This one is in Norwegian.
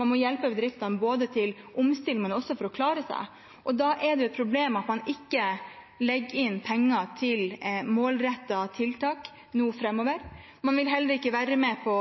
Man må hjelpe bedriftene ikke bare til omstilling, men også for at de skal klare seg. Da er det et problem at man ikke legger inn penger til målrettede tiltak nå framover. Man vil heller ikke være med på